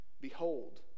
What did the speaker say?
Behold